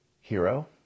Hero